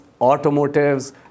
automotives